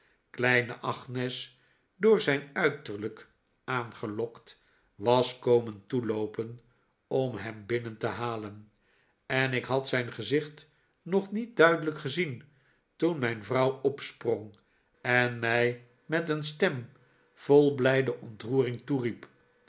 kleine agnes door zijn uiterlijk aangelokt was komen toeloopen om hem binnen te halen en ik had zijn gezicht nog niet duidelijk gezien toen mijn vrouw opsprong en mij met een stem vol blijde ontroering toeriep